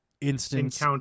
instance